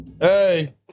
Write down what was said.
Hey